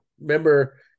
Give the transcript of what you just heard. remember